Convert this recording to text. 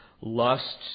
lusts